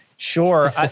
Sure